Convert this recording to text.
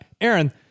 Aaron